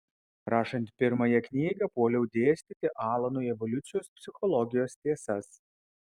rašant pirmąją knygą puoliau dėstyti alanui evoliucijos psichologijos tiesas